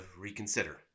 reconsider